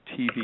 TV